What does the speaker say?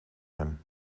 hem